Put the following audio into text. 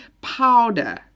powder